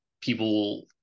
people